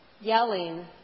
yelling